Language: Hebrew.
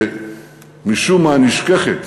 שמשום מה נשכחת